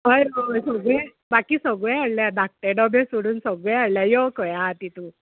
हय हय सगळें बाकी सगळें हाडल्या धाकटे डोबे सोडून सगळें हाडल्या यो खंय आहा ति तूं